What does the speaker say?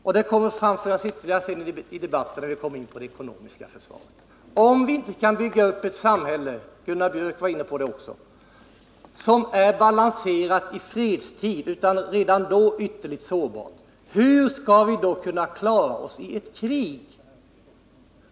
Och detta kommer att framföras ytterligare i debatten när vi kommer in på det ekonomiska försvaret. Om vi inte kan bygga upp ett samhälle — Gunnar Björk var inne på detta också — som är balanserat i fredstid utan som redan då är ytterligt sårbart, hur skall vi då kunna klara oss i ett krig?